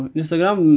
Instagram